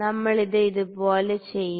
ഞങ്ങൾ ഇത് ഇതുപോലെ ചെയ്യും